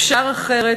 אפשר אחרת.